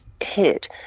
hit